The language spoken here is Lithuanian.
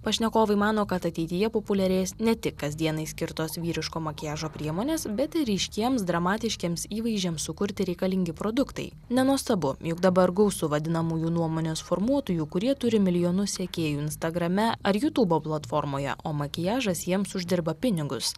pašnekovai mano kad ateityje populiarės ne tik kasdienai skirtos vyriško makiažo priemonės bet ir ryškiems dramatiškiems įvaizdžiams sukurti reikalingi produktai nenuostabu juk dabar gausu vadinamųjų nuomonės formuotojų kurie turi milijonus sekėjų instagrame ar jutubo platformoje o makiažas jiems uždirba pinigus